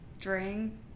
drink